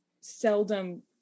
seldom